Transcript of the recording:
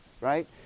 right